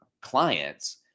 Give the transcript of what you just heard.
clients